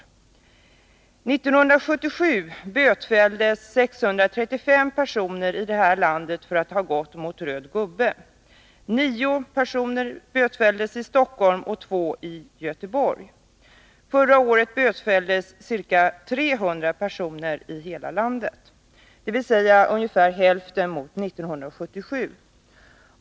1977 bötfälldes 635 personer i det här landet för att ha gått mot röd gubbe. 9 personer bötfälldes i Stockholm och 2 i Göteborg. Förra året bötfälldes ca 300 personer i hela landet, dvs. ungefär hälften mot 1977.